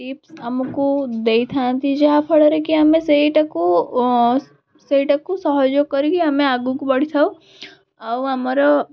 tips ଆମୁକୁ ଦେଇଥାନ୍ତି ଯାହାଫଳରେ କି ଆମେ ସେଇଟାକୁ ଓ ସେଇଟାକୁ ସହଜ କରିକି ଆମେ ଆଗୁକୁ ବଢ଼ିଥାଉ ଆଉ ଆମର